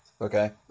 Okay